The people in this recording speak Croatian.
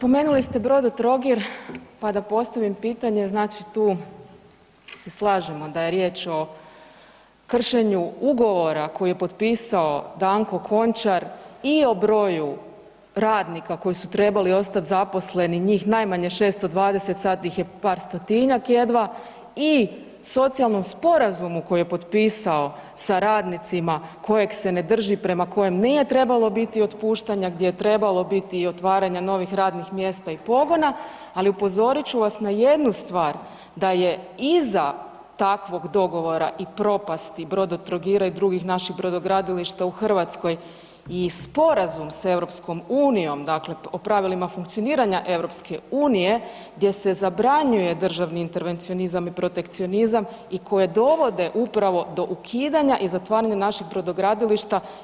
Pa spomenuli ste Brodotrogir pa da postavim pitanje znači tu se slažemo da je riječ o kršenju ugovora koji je potpisao Danko Končar i o broju radnika koji su trebali ostati zaposleni njih najmanje 620, sada ih je par stotinjak jedva i socijalnom sporazumu koji je potpisao sa radnicima kojeg se ne drži prema kojem nije trebalo biti otpuštanja, gdje je trebalo biti otvaranja i novih radnih mjesta i pogona, ali upozorit ću vas na jednu stvar, da je iza takvog dogovora i propasti Brodotrogira i drugih naših brodogradilišta u Hrvatskoj i sporazum sa EU o pravilima funkcioniranja EU gdje se zabranjuje državni intervencionizam i protekcionizam i koji dovode upravo do ukidanja i zatvaranja naših brodogradilišta.